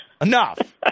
Enough